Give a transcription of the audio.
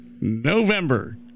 november